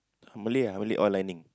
Malay ah only all lining